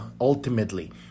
ultimately